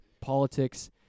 politics